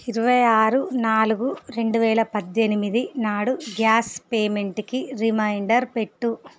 ఇరవై ఆరు నాలుగు రెండు వేల పద్దెనిమిది నాడు గ్యాస్ పేమెంట్కి రిమైండర్ పెట్టు